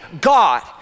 God